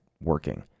working